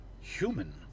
human